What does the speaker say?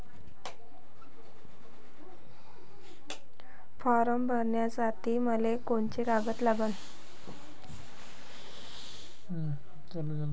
Form भरासाठी मले कोंते कागद लागन?